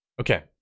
Okay